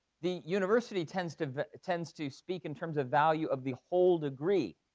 the university tends to tends to speak in terms of value of the whole degree.